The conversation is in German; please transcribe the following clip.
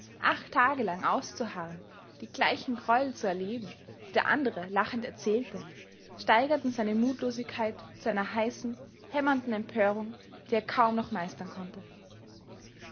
acht tage lang auszuharren die gleichen greuel zu erleben die der andere lachend erzählte steigerten seine mutlosigkeit zu einer heißen hämmernden empörung die er kaum noch meistern konnte